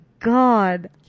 God